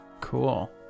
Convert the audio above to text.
cool